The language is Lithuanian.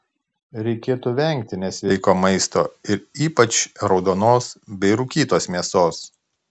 reikėtų vengti nesveiko maisto ir ypač raudonos bei rūkytos mėsos